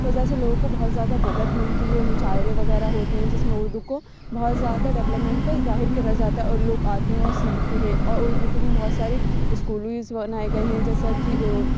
وجہ سے لوگوں کو بہت زیادہ مدد ملتی ہے مشاعرے وغیرہ ہوتے ہیں جس میں اردو کو بہت زیادہ ڈیولپمنٹل ظاہر کرا جاتا ہے اور لوگ آتے ہیں اور سیکھتے ہیں اور اردو کے لیے بہت سارے اسکول بنائے گئے ہیں جیسا کہ